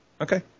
Okay